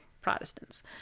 Protestants